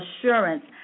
assurance